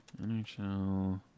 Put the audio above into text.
NHL